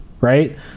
Right